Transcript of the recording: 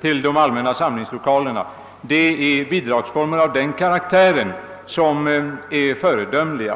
till de allmänna samlingslokalerna. Den karaktär dessa bidrag har är föredömlig.